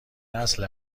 اصل